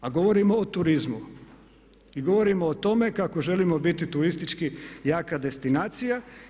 A govorimo o turizmu i govorimo o tome kako želimo biti turistički jaka destinacija.